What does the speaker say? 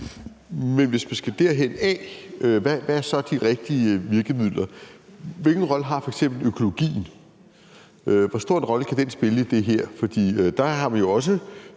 Men hvis vi skal derhen, hvad er så de rigtige virkemidler? Hvilken rolle har f.eks. økologien? Hvor stor en rolle kan den spille i det her? For der har vi jo også